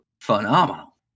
phenomenal